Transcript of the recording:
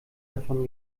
davon